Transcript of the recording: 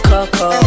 Coco